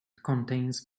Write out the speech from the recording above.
contains